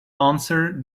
answer